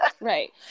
right